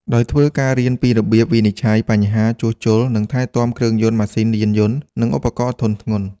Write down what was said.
ដោយធ្វើការរៀនពីរបៀបវិនិច្ឆ័យបញ្ហា ជួសជុល និងថែទាំគ្រឿងយន្ត ម៉ាស៊ីនយានយន្ត និងឧបករណ៍ធុនធ្ងន់។